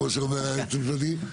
כמו שאומר היועץ המשפטי.